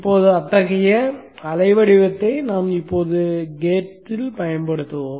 இப்போது அத்தகைய அலைவடிவத்தை நாம் இப்போது கேட் ல் பயன்படுத்துவோம்